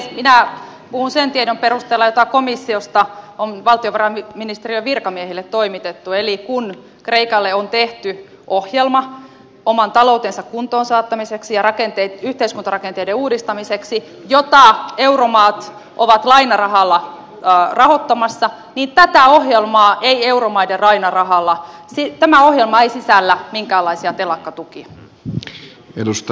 minä puhun sen tiedon perusteella jota komissiosta on valtiovarainministeriön virkamiehille toimitettu eli kun kreikalle on tehty ohjelma oman taloutensa kuntoonsaattamiseksi ja yhteiskuntarakenteiden uudistamiseksi jota euromaat ovat lainarahalla rahoittamassa niin tämä ohjelma ei euromaiden lainarahalla silittämä ohjelmaisi täällä minkälaisia sisällä minkäänlaisia telakkatukia